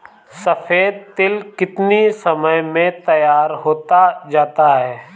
सफेद तिल कितनी समय में तैयार होता जाता है?